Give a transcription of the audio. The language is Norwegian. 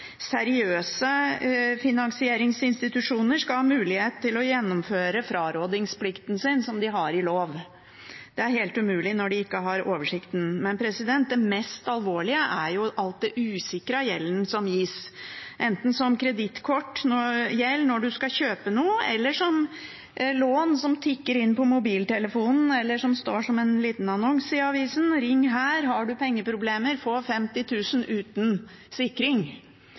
seriøse finansieringsinstitusjoner skal ha mulighet til å gjennomføre frarådingsplikten sin, som de har ved lov. Det er helt umulig når de ikke har oversikten. Men det mest alvorlige er alle de usikrede lånene som gis, enten som kredittkortlån når man skal kjøpe noe, som lån som tikker inn på mobiltelefonen, eller som står i en liten annonse i avisen: Ring her! Har du pengeproblemer, få 50 000 kr uten sikring.